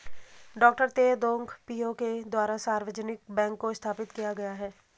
डॉ Teh Hong Piow के द्वारा सार्वजनिक बैंक को स्थापित किया गया है